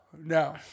No